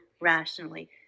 rationally